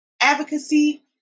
advocacy